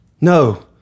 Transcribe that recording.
No